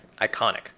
iconic